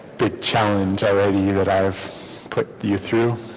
big challenge i read to you that i've put you through